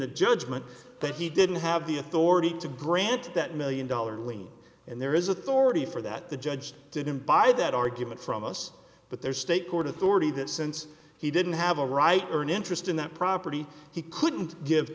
the judgment that he didn't have the authority to grant that million dollar lien and there is authority for that the judge didn't buy that argument from us but their state court authority that since he didn't have a right or an interest in that property he couldn't give